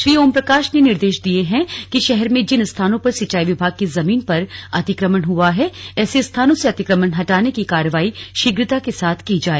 श्री ओमप्रकाश ने निर्देश दिये हैं कि शहर में जिन स्थानों पर सिंचाई विभाग की जमीन पर अतिक्रमण हुआ है ऐसे स्थानों से अतिक्रमण हटाने की कार्रवाई शीघ्रता के साथ की जाए